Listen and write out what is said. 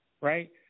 right